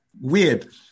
weird